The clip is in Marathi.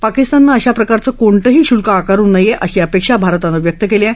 पाकिस्ताननं अशा प्रकारचं कोणतंही शुल्क आकारू नये अशी अपेक्षाही भारतानं व्यक्त केली आहे